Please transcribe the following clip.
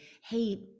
hey